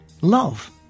love